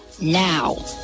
now